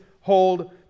hold